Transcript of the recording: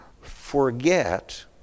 forget